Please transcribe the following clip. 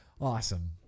Awesome